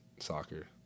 soccer